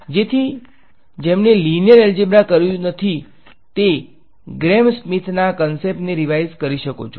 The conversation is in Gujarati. તેથી જેમણે લીનીયર એલ્જેબ્રા કર્યું નથી તે ગ્રેમસ્મીથ આ કોન્સેપ્ટ ને રીવાઈઝ કરી શકો છો